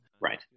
right